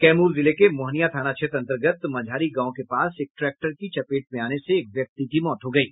कैमूर जिले के मोहनियां थाना क्षेत्र अंतर्गत मझारी गांव के पास एक ट्रैक्टर की चपेट में आने से एक व्यक्ति की मौत हो गयी